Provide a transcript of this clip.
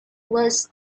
was